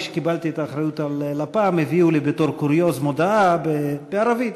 וכשקיבלתי את האחריות על לפ"מ הביאו לי בתור קוריוז מודעה בערבית,